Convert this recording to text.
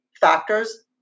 factors